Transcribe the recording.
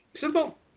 Simple